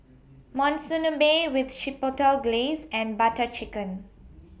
Monsunabe with Chipotle Glaze and Butter Chicken